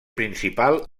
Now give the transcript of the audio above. principal